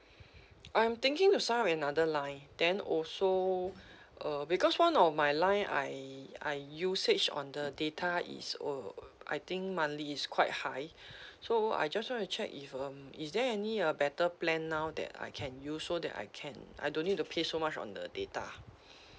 I'm thinking to sign with another line then also uh because one of my line I I usage on the data is uh I think monthly is quite high so I just want to check if um is there any uh better plan now that I can use so that I can I don't need to pay so much on the data